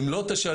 "אם לא תשלם,